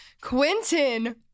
quentin